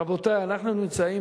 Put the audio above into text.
רבותי, אנחנו נמצאים